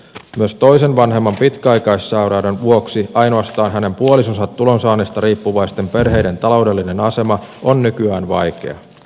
myös toisen vanhemman pitkäaikaissairauden vuoksi ainoastaan hänen puolisonsa tulonsaannista riippuvaisten perheiden taloudellinen asema on nykyään vaikea